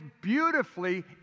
beautifully